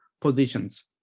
positions